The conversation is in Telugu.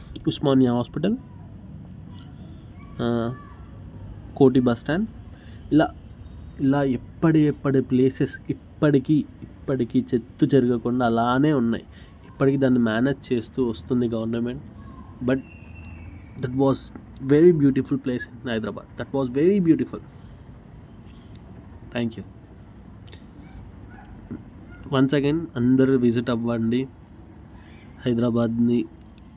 ఉస్మానియా హాస్పిటల్ కోటి బస్టాండ్ ఇలా ఇలా ఎప్పటి ఎప్పటి ప్లేసెస్ ఇప్పటికి ఇప్పటికి చెక్కుచెరగకుండా అలాగే ఉన్నాయి ఇప్పటికి దాని మేనేజ్ చేస్తు వస్తుంది government but there was very beautiful place in Hyderabad that was very beautiful thank you once again అందరు విజిట్ అవ్వండి హైదరాబాద్ని